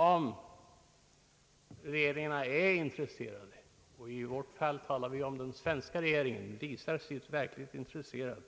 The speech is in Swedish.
Om regeringarna — och i vårt fall talar vi om den svenska regeringen — visar sig verkligt intresserade,